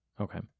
Okay